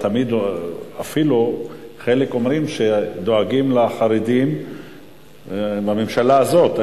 אפילו חלק אומרים שדואגים לחרדים בממשלה הזאת.